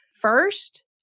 first